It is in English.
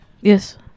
Yes